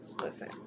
listen